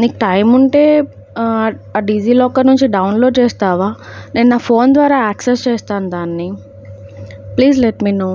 నీకు టైం ఉంటే ఆ డిజి లాకర్ నుంచి డౌన్లోడ్ చేస్తావా నేను నా ఫోన్ ద్వారా యాక్సెస్ చేస్తాను దాన్ని ప్లిజ్ లెట్ మీ నో